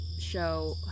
show